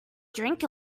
drink